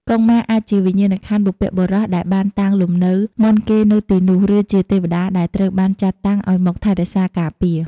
កុងម៉ា អាចជាវិញ្ញាណក្ខន្ធបុព្វបុរសដែលបានតាំងលំនៅមុនគេនៅទីនោះ ឬជាទេវតាដែលត្រូវបានចាត់តាំងឲ្យមកថែរក្សាការពារ។